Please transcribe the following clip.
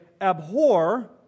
abhor